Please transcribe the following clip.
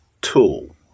tool